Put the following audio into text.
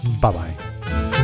Bye-bye